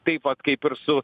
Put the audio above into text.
taip pat kaip ir su